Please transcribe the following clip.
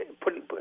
putting